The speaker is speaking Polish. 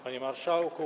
Panie Marszałku!